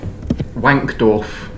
Wankdorf